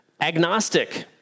agnostic